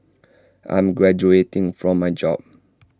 I'm graduating from my job